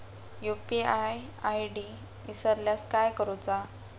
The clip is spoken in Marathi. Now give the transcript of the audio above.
यू.पी.आय आय.डी इसरल्यास काय करुचा?